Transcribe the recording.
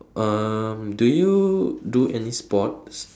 um do you do any sports